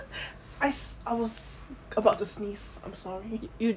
I I was about to sneeze I'm sorry